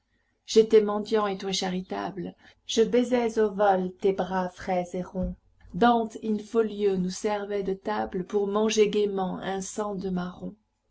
j'étais mendiant et toi charitable je baisais au vol tes bras frais et ronds dante in-folio nous servait de table pour manger gaîment un cent de marrons